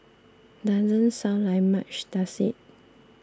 doesn't sound like much does it